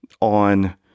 on